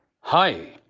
Hi